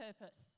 purpose